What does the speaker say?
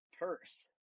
purse